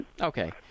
Okay